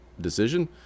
decision